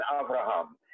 Abraham